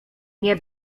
nie